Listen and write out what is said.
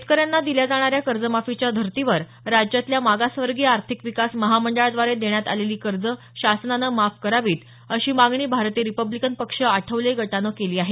शेतकऱ्यांना दिल्या जाणाऱ्या कर्जमाफीच्या धर्तीवर राज्यातल्या मागासवर्गीय आर्थिक विकास महामंडळाद्वारे देण्यात आलेली कर्ज शासनानं माफ करावीत अशी मागणी भारतीय रिपब्लिकन पक्ष आठवले गटानं केली आहे